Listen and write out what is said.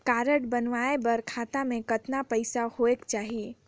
Card बनवाय बर खाता मे कतना पईसा होएक चाही?